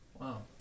Wow